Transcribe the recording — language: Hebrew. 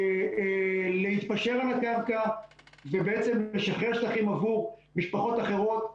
להתפשר על הקרקע ובעצם לשחרר שטחים עבור משפחות אחרות,